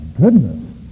goodness